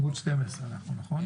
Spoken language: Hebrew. עמוד 12 אנחנו, נכון.